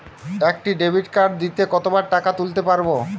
একটি ডেবিটকার্ড দিনে কতবার টাকা তুলতে পারব?